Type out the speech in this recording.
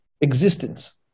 existence